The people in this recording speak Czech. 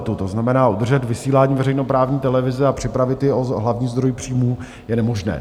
To znamená, udržet vysílání veřejnoprávní televize a připravit ji o hlavní zdroj příjmů je nemožné.